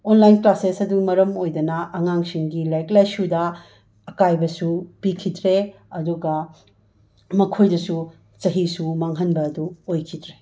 online classes ꯑꯗꯨꯅ ꯃꯔꯝ ꯑꯣꯏꯗꯅ ꯑꯉꯥꯡꯁꯤꯡꯒꯤ ꯂꯥꯏꯛ ꯂꯥꯏꯁꯨꯗ ꯑꯀꯥꯏꯕꯁꯨ ꯄꯤꯈꯤꯗ꯭ꯔꯦ ꯑꯗꯨꯒ ꯃꯈꯣꯏꯗꯁꯨ ꯆꯍꯤꯁꯨ ꯃꯥꯡꯍꯟꯕ ꯑꯗꯨ ꯑꯣꯏꯈꯤꯗ꯭ꯔꯦ